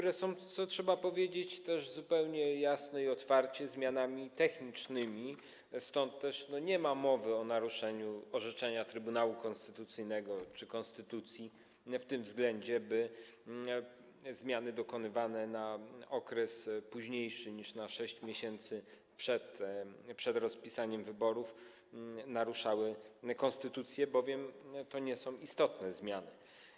One są, co też trzeba powiedzieć zupełnie jasno i otwarcie, zmianami technicznymi, stąd nie ma mowy o naruszeniu orzeczenia Trybunału Konstytucyjnego czy konstytucji w tym względzie - chodzi o to, czy zmiany dokonywane w okresie późniejszym niż na 6 miesięcy przed rozpisaniem wyborów naruszają konstytucję - bowiem to nie są istotne zmiany.